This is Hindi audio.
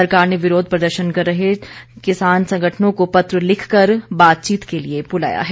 सरकार ने विरोध प्रदर्शन कर रहे चालीस किसान संगठनों को पत्र लिखकर बातचीत के लिए बुलाया है